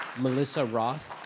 melissa roth?